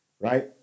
right